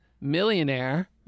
millionaire